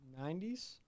90s